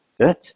Good